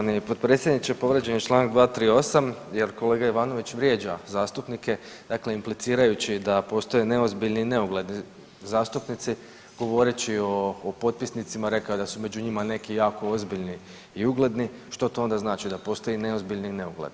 Poštovani potpredsjedniče, povrijeđen je čl. 238. jer kolega Ivanović vrijeđa zastupnike dakle implicirajući da postoje neozbiljni i neugledni zastupnici govoreći o potpisnicima rekao je da su među njima neki jako ozbiljni i ugledni, što to onda znači, da postoje neozbiljni i neugledni?